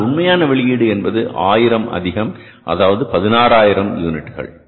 ஆனால் உண்மையான வெளியீடு என்பது 1000 அதிகம் அதாவது 16000 யூனிட்டுகள்